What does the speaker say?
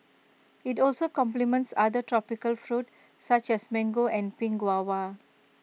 IT also complements other tropical fruit such as mango and pink guava